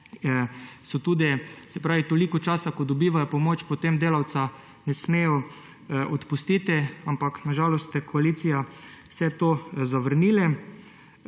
delovni čas, toliko časa, kot dobivajo pomoč, potem delavca ne smejo odpustiti. Ampak na žalost ste v koaliciji vse to zavrnili.